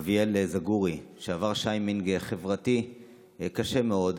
אביאל זגורי, שעבר שיימינג חברתי קשה מאוד,